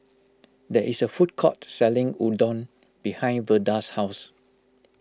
there is a food court selling Udon behind Verda's house